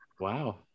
Wow